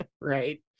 Right